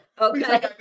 Okay